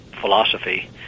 philosophy